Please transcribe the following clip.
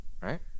right